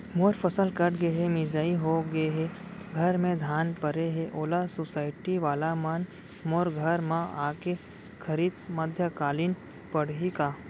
मोर फसल कट गे हे, मिंजाई हो गे हे, घर में धान परे हे, ओला सुसायटी वाला मन मोर घर म आके खरीद मध्यकालीन पड़ही का?